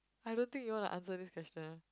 I don't think you want to answer this question